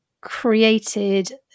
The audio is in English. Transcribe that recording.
created